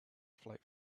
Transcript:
flight